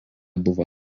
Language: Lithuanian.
buvo